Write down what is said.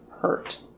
hurt